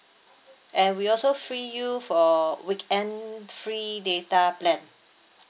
and we also free you for weekend free data plan